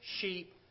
sheep